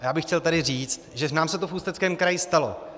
A já bych chtěl tady říct, že nám se to v Ústeckém kraji stalo.